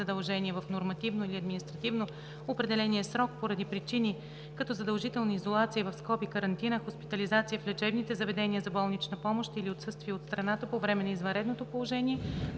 задължение в нормативно или административно определения срок поради причини, като задължителна изолация (карантина), хоспитализация в лечебните заведения за болнична помощ или отсъствие от страната по време на извънредното положение,